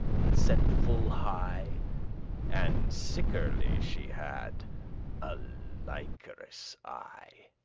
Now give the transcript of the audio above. and set full high and sickerly she had a likerous eye.